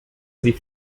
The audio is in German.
sie